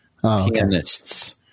Pianists